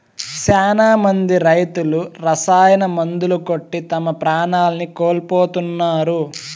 శ్యానా మంది రైతులు రసాయన మందులు కొట్టి తమ ప్రాణాల్ని కోల్పోతున్నారు